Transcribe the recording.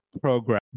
program